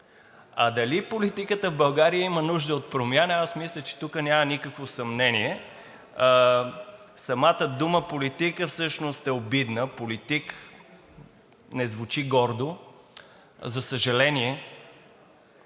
А дали политиката в България има нужда от промяна, аз мисля, че тук няма никакво съмнение. Самата дума „политика“ всъщност е обидна. Политик не звучи гордо, за съжаление.